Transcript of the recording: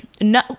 no